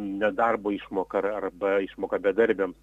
nedarbo išmoka ar arba išmoka bedarbiams